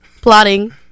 plotting